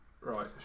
right